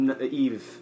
Eve